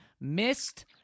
Missed